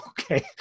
Okay